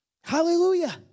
Hallelujah